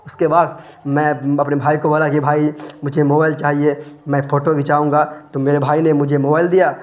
اس کے بعد میں اپنے بھائی کو بولا کہ بھائی مجھے موبائل چاہیے میں فوٹو گھچاؤں گا تو میرے بھائی نے مجھے موبائل دیا